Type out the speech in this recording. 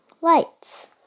lights